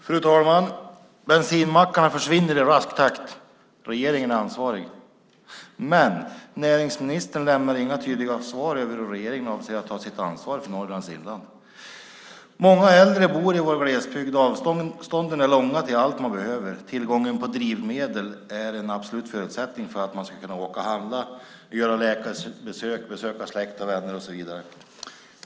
Fru talman! Bensinmackarna försvinner i rask takt. Regeringen är ansvarig. Näringsministern lämnar dock inga tydliga svar på hur regeringen avser att ta sitt ansvar för Norrlands inland. Många äldre bor i våra glesbygder och avstånden är långa till allt man behöver. Tillgången på drivmedel är en absolut förutsättning för att man ska kunna åka och handla, göra läkarbesök, besöka släkt och vänner och så vidare.